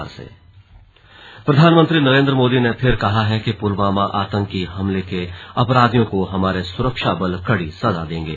slug PM Yavatmal प्रधानमंत्री नरेन्द्र मोदी ने फिर कहा है कि पुलवामा आतंकी हमले के अपराधियों को हमारे सुरक्षा बल कड़ी सजा देंगे